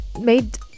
made